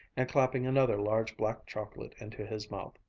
and clapping another large black chocolate into his mouth.